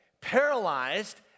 paralyzed